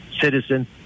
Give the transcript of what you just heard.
citizen